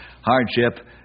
hardship